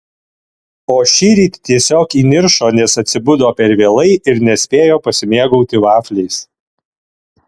o šįryt tiesiog įniršo nes atsibudo per vėlai ir nespėjo pasimėgauti vafliais